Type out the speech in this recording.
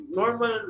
normal